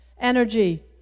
Energy